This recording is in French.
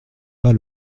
pas